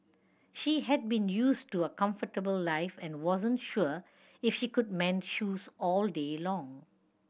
she had been used to a comfortable life and wasn't sure if she could mend shoes all day long